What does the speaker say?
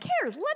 cares